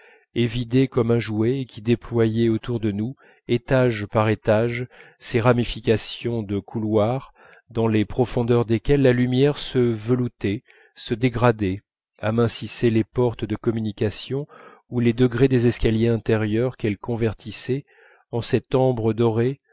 évidé comme un jouet et qui déployait autour de nous étage par étage ses ramifications de couloirs dans les profondeurs desquels la lumière se veloutait se dégradait amincissait les portes de communication ou les degrés des escaliers intérieurs qu'elle convertissait en cette ambre dorée